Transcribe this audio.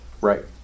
Right